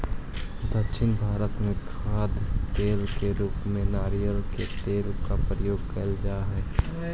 दक्षिण भारत में खाद्य तेल के रूप में नारियल के तेल का प्रयोग करल जा हई